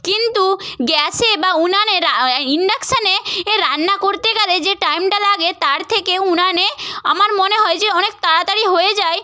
কিন্তু গ্যাসে বা উনানের ইন্ডাকশানে এ রান্না করতে গেলে যে টাইমটা লাগে তার থেকে উনানে আমার মনে হয় যে অনেক তাড়াতাড়ি হয়ে যায়